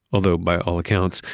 although by all accounts,